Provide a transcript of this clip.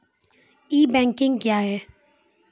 ई banking क्या हैं?